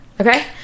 okay